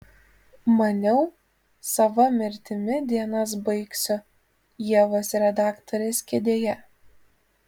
maniau sava mirtimi dienas baigsiu ievos redaktorės kėdėje